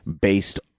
based